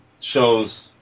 shows